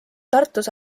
tartus